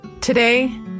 Today